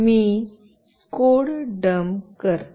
मी code dump करते